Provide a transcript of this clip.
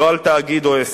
לא על תאגיד או עסק,